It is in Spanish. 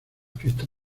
fiesta